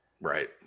Right